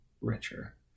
richer